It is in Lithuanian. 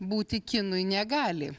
būti kinui negali